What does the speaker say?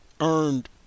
earned